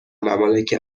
ممالک